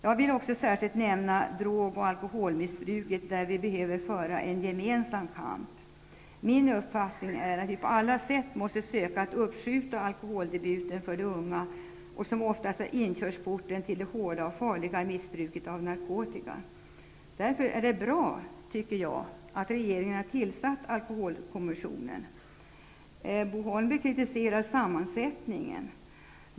Jag vill också särskilt nämna drog och alkoholmissbruket, där vi behöver föra en gemensam kamp. Min uppfattning är att vi på alla sätt måste söka att uppskjuta alkoholdebuten för de unga. Den är oftast inkörsporten till det hårda och farliga missbruket av narkotika. Därför är det bra, tycker jag, att regeringen har tillsatt alkoholkommissionen. Bo Holmberg kritiserar sammansättningen.